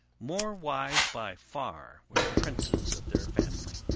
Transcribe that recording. more wise by far were the princes of their family,